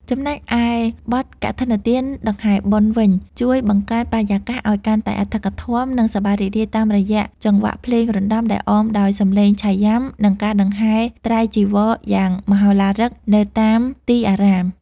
ចំណែកឯបទ កឋិនទានដង្ហែបុណ្យ វិញ ជួយបង្កើនបរិយាកាសឱ្យកាន់តែអធិកអធម និងសប្បាយរីករាយតាមរយៈចង្វាក់ភ្លេងរណ្តំដែលអមដោយសម្លេងឆៃយ៉ាំ និងការដង្ហែត្រៃចីវរយ៉ាងមហោឡារិកនៅតាមទីអារាម។